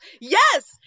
Yes